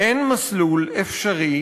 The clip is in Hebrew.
אין מסלול אפשרי